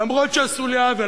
אף שעשו לי עוול.